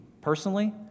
personally